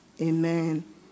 amen